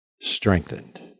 strengthened